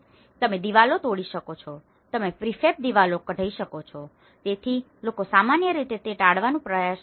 તમે દિવાલો તોડી શકો છો તમે પ્રિફેબ દિવાલો કાઢઈ શકો છો તેથી લોકો સામાન્ય રીતે તે કરવાનું ટાળવાનો પ્રયાસ કરે છે